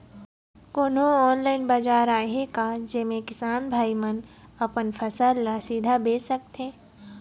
कोन्हो ऑनलाइन बाजार आहे का जेमे किसान भाई मन अपन फसल ला सीधा बेच सकथें?